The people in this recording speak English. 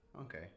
Okay